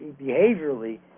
behaviorally